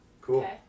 Cool